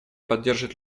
поддержит